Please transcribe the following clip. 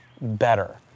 better